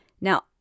Now